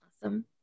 Awesome